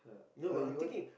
or you want